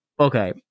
Okay